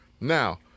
Now